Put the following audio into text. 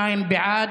42 בעד,